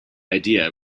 idea